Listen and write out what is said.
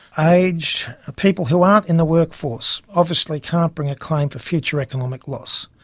aged, people who aren't in the workforce, obviously can't bring a claim for future economic loss,